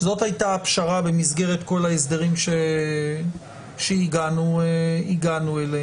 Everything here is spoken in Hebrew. זאת הייתה הפשרה במסגרת כל ההסדרים שהגענו אליהם.